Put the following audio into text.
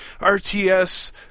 RTS